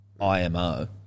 IMO